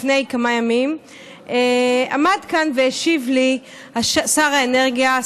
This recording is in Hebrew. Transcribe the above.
לפני כמה ימים עמד כאן והשיב לי שר האנרגיה,